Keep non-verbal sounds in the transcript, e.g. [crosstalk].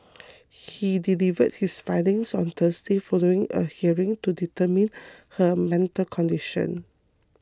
he delivered his findings on Thursday following a hearing to determine [noise] her mental condition